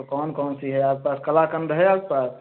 कौन कौन सी है आपके पास कलाकंद है आपके पास